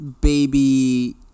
baby